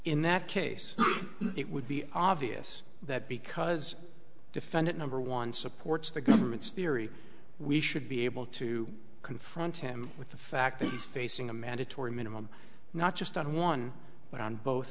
in that case it would be obvious that because defendant number one supports the government's theory we should be able to confront him with the fact that he's facing a mandatory minimum not just on one but on both